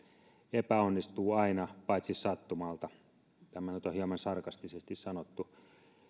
epäonnistuu aina paitsi sattumalta tämä nyt on hieman sarkastisesti sanottu